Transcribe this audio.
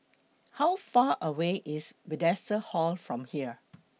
How Far away IS Bethesda Hall from here